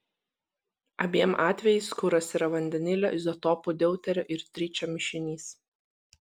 abiem atvejais kuras yra vandenilio izotopų deuterio ir tričio mišinys